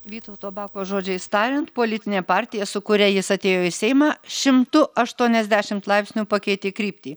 vytauto bako žodžiais tariant politinė partija su kuria jis atėjo į seimą šimtu aštuoniasdešimt laipsnių pakeitė kryptį